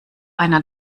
einer